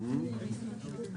הישיבה